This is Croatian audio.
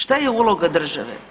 Šta je uloga države?